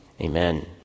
Amen